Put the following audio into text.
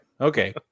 Okay